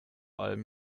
allem